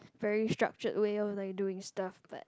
very structured way of like doing stuff but